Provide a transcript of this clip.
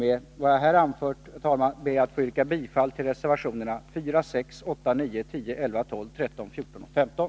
Med vad jag här anfört ber jag att få yrka bifall till reservationerna 4, 6, 8, 9, 10, 11, 12, 13, 14 och 15.